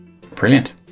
Brilliant